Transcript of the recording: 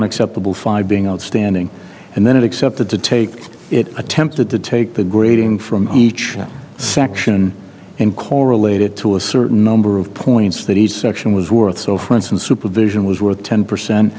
on acceptable five being outstanding and then accepted to take it attempted to take the grading from each section and correlate it to a certain number of points that each section was worth so for instance supervision was worth ten percent